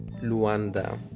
Luanda